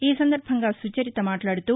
ఈ సందర్బంగా సుచరిత మాట్లాడుతూ